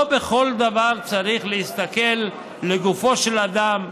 לא בכל דבר צריך להסתכל לגופו של אדם,